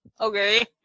okay